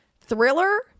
Thriller